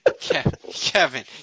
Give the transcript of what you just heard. Kevin